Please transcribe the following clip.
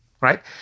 right